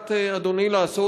בדעת אדוני לעשות?